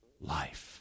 life